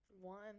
one